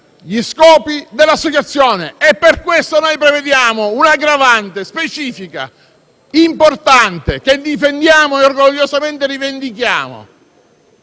gli scopi dell'associazione, e per questo noi prevediamo un'aggravante specifica e importante che difendiamo e orgogliosamente rivendichiamo.